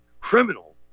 criminal